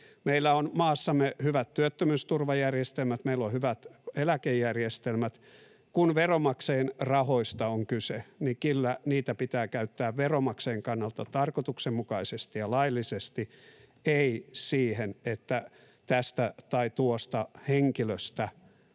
Meillä on maassamme hyvät työttömyysturvajärjestelmät, meillä on hyvät eläkejärjestelmät. Kun veronmaksajien rahoista on kyse, niin kyllä niitä pitää käyttää veronmaksajien kannalta tarkoituksenmukaisesti ja laillisesti, ei siihen, että tästä tai tuosta henkilöstä